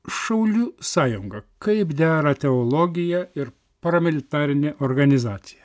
šaulių sąjunga kaip dera teologija ir paramilitarinė organizacija